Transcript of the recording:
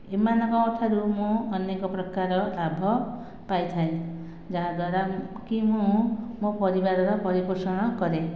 ଏମାନଙ୍କ ଠାରୁ ମୁଁ ଅନେକ ପ୍ରକାର ଲାଭ ପାଇଥାଏ ଯାହାଦ୍ୱାରା କି ମୁଁ ମୋ' ପରିବାରର ପରିପୋଷଣ କରେ